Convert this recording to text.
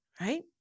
right